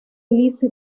liso